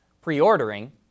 Pre-ordering